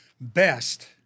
best